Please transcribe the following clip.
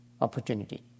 opportunity